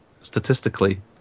statistically